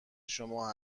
شما